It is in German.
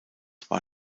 war